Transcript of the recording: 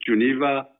Geneva